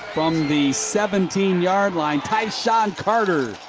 from the seventeen yard line, tysean carter